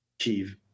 achieve